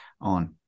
on